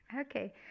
Okay